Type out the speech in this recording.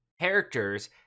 characters